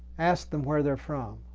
ask them where they're from,